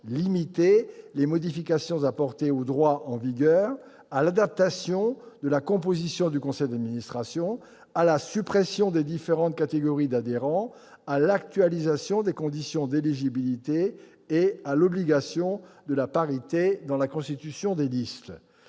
limité les modifications apportées au droit en vigueur à l'adaptation de la composition du conseil d'administration, à la suppression des différentes catégories d'adhérents, à l'actualisation des conditions d'éligibilité et à l'obligation de la parité dans la constitution des listes.